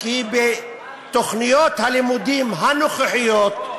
כי בתוכניות הלימודים הנוכחיות,